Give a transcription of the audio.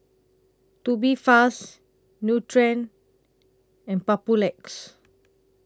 Tubifast Nutren and Papulex